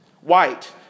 white